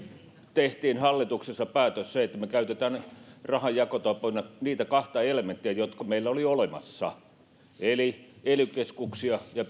tehtiin hallituksessa päätös että käytetään rahanjakotapoina niitä kahta elementtiä jotka meillä oli jo olemassa eli ely keskuksia ja